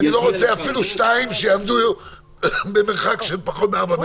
אני לא רוצה אפילו שניים שיעמדו במרחק של פחות מ-4 מטרים.